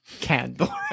candle